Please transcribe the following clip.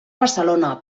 barcelona